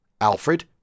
Alfred